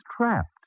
trapped